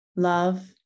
Love